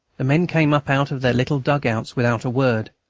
the men came up out of their little dug-outs without a word,